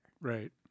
Right